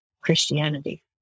Christianity